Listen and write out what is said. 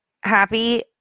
Happy